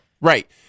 right